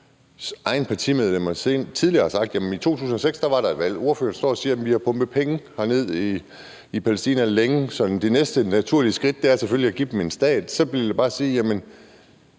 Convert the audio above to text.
egne partimedlemmer tidligere har sagt, at i 2006 var der et valg, og når ordføreren står og siger, at vi har pumpet penge ned til Palæstina længe, så det næste naturlige skridt selvfølgelig er at give dem en stat, så vil jeg bare sige, at